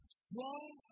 strong